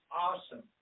awesome